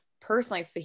personally